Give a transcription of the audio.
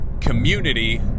Community